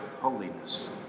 holiness